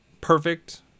perfect